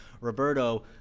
Roberto